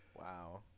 Wow